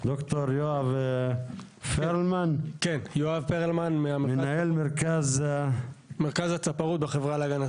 ד"ר יואב פרלמן, מנהל מרכז הצפרות.